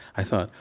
i thought,